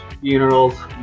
funerals